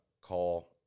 call